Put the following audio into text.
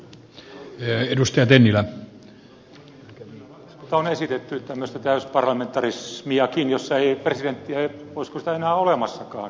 kyllä vasemmalta on esitetty tämmöistä täysparlamentarismiakin jossa ei presidenttiä olisiko sitä enää olemassakaan